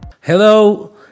Hello